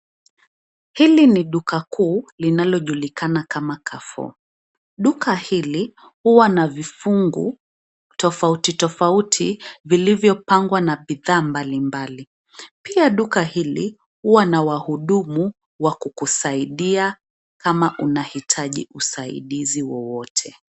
Hili ni duka kuu linalojulikana kama kafo. Duka hili huwa na vifungu tofauti tofauti vilivyopangwa na bidhaa mbalimbali, pia duka hili huwa na wahudumu wa kukusaidia kama unahitaji usaidizi wowote.